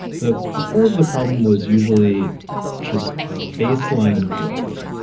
the core of the problem was usually just baseline growth.